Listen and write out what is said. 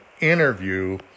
interview